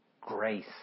Grace